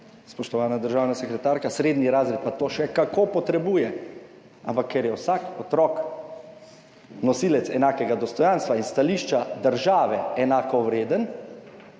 spoštovana državna sekretarka, srednji razred pa to še kako potrebuje. Ampak ker je vsak otrok nosilec enakega dostojanstva in s stališča države enakovreden,